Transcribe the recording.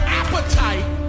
appetite